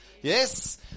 Yes